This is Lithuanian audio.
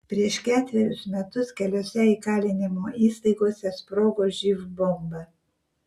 prieš ketverius metus keliose įkalinimo įstaigose sprogo živ bomba